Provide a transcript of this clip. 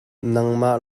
nangmah